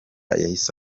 yahise